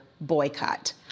boycott